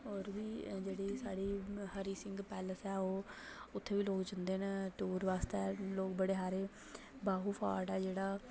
होर बी जेह्ड़ी साढ़ी हरि सिंह पैलेस ऐ ओह् उत्थै बी लोक जंदे न टूर आस्तै लोक बड़े हारे बाहू फार्ट जेह्ड़ा ते